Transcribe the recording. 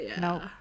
No